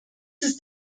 ist